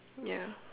ya